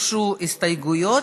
הוגשו הסתייגויות,